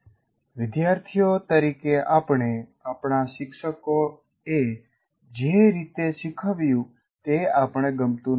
વિદ્યાર્થીઓ તરીકે આપણે આપણા શિક્ષકોએ જે રીતે શીખવ્યું તે આપણે ગમતું નહી